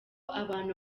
abantu